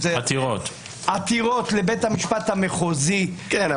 מגישים עתירות לבית המשפט המחוזי --- אבל